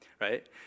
right